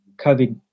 COVID